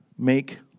Make